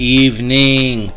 evening